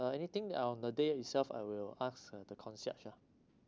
uh anything on the day itself I will ask uh the concierge ah